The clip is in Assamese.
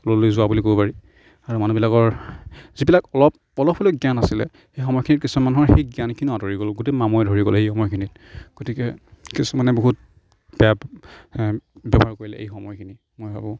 তললৈ যোৱা বুলি ক'ব পাৰি আৰু মানুহবিলাকৰ যিবিলাক অলপ অলপ হ'লেও জ্ঞান আছিলে সেই সময়খিনিত কিছুমান মানুহৰ সেই জ্ঞানখিনিও আঁতৰি গ'ল গোটেই মামৰে ধৰি গ'ল সেই সময়খিনিত গতিকে কিছুমানে বহুত বেয়া ব্যৱহাৰ কৰিলে এই সময়খিনি মই ভাবোঁ